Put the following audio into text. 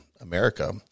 America